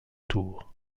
tour